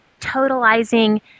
totalizing